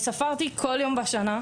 ספרתי כל יום בשנה,